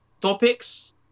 topics